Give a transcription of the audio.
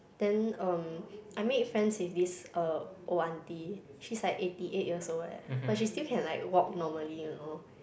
then um I made friends with this uh old auntie she's like eighty eight years old leh but she still can like walk normally you know